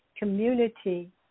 community